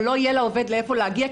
אבל לא יהיה לעובד לאן להגיע,